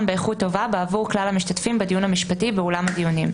באיכות טובה בעבור כלל המשתתפים בדיון המשפטי באולם הדיונים,